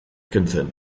kentzen